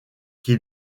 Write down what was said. qui